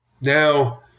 Now